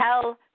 tell